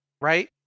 right